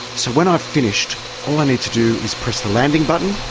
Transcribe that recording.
so when i've finished all i need to do is press the landing button.